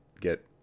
get